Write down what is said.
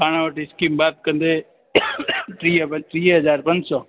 पाण वटि स्कीम बि आहे कंदे टीह बसि टीह हज़ार पंज सौ